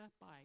bye